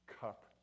cup